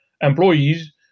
employees